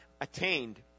attained